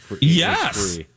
Yes